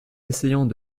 essayant